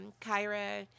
kyra